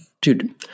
dude